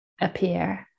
appear